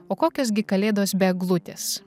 o kokios gi kalėdos be eglutės